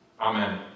Amen